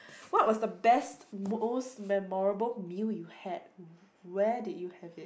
what was the best most memorable meal you had where did you have it